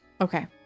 Okay